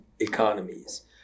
economies